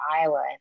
Iowa